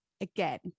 again